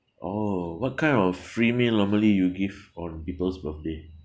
oh what kind of free meal normally you'll give on people's birthday